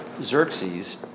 Xerxes